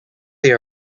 they